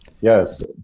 yes